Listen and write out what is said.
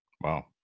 Wow